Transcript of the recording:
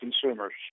consumers